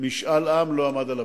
משאל עם לא עמד על הפרק.